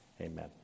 Amen